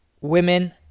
Women